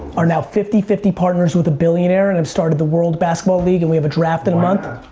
are now fifty fifty partners with a billionaire and have started the world basketball league and we have a draft in a month?